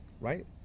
right